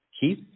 Keith